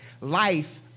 Life